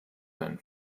seinen